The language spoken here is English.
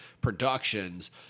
productions